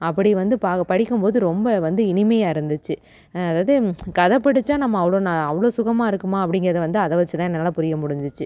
அப்படி வந்து பா படிக்கும் போது ரொம்ப வந்து இனிமையாக இருந்துச்சு அதாவது கதை படிச்சா நம்ம அவ்வளோ ந அவ்வளோ சுகமாக இருக்குமா அப்படிங்கிறத வந்து அதை வச்சு தான் என்னால் புரிய முடிஞ்சுச்சு